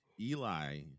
Eli